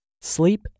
Sleep